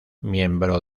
miembro